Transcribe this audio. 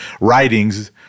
writings